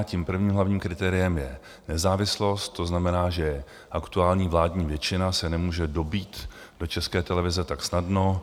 Tím prvním hlavním kritériem je nezávislost, to znamená, že aktuální vládní většina se nemůže dobýt do České televize tak snadno.